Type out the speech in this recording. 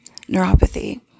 neuropathy